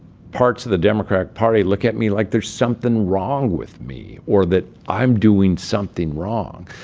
parts of the democratic party look at me like there's something wrong with me or that i'm doing something wrong.